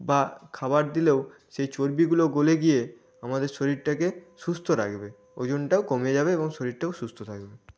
বা খাবার দিলেও সেই চর্বিগুলো গলে গিয়ে আমাদের শরীরটাকে সুস্থ রাখবে ওজনটাও কমে যাবে এবং শরীরটাও সুস্থ থাকবে